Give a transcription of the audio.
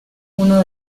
uno